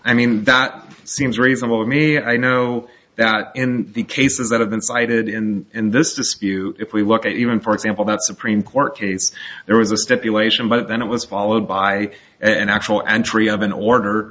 i mean that seems reasonable to me and i know that in the cases that have been cited in this dispute if we look at even for example that supreme court case there was a stipulation but then it was followed by an actual entry of an order